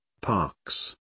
parks